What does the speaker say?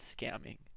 scamming